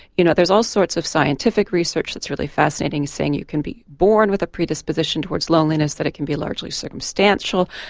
you know there's all sorts of scientific research that's really fascinating saying that you can be born with a predisposition towards loneliness that it can be largely circumstantial,